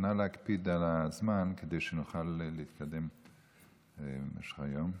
אז נא להקפיד על הזמן כדי שנוכל להתקדם במשך היום.